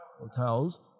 Hotels